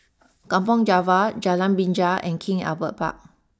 Kampong Java Jalan Binja and King Albert Park